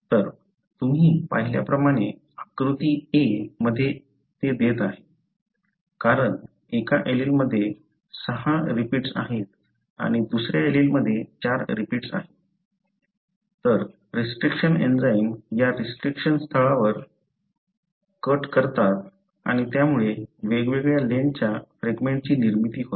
तर तुम्ही पाहिल्याप्रमाणे आकृती a मध्ये ते देत आहे कारण एका एलीलमध्ये 6 रिपीट्स आहेत आणि दुसर्या एलीलमध्ये 4 रिपीट्स आहेत तर रिस्ट्रिक्शन एंझाइम या रिस्ट्रिक्शन स्थळांवर कट करतात आणि त्यामुळे वेगवेगळ्या लेन्थच्या फ्रॅगमेंटची निर्मिती होते